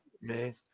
man